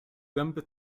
gęby